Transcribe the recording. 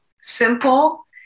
simple